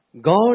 God